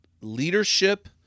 Leadership